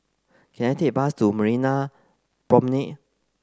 can I take a bus to Marina Promenade